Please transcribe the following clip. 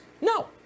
No